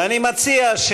ואני מציע,